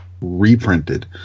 reprinted